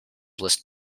list